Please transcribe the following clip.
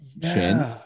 chin